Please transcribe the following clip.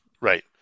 Right